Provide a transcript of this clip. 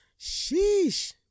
sheesh